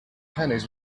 pennies